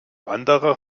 anderer